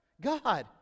God